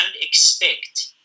expect